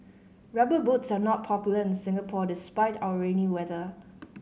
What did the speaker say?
Rubber Boots are not popular in Singapore despite our rainy weather